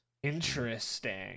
Interesting